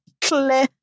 clear